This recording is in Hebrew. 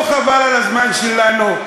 אז לא חבל על הזמן שלנו?